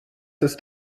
ist